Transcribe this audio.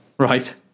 right